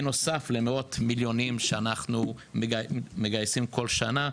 בנוסף למאות מיליונים שאנחנו מגייסים כל שנה,